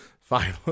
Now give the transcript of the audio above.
fine